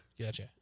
Gotcha